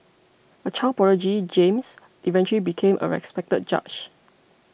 a child prodigy James eventually became a respected judge